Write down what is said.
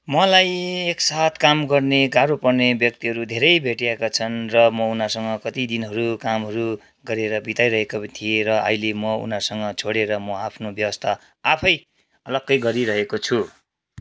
मलाई एकसाथ काम गर्ने गाह्रो पर्ने व्यक्तिहरू धेरै भेटिएका छन् र म उनीहरूसँग कति दिनहरू कामहरू गरेर बिताइरहेको थिएँ र अहिले म उनीहरूसँग छोडेर म आफ्नो व्यवस्था आफै अलग्गै गरिरहेको छु